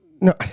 No